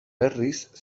berriz